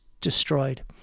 destroyed